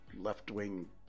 left-wing